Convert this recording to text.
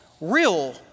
real